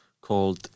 called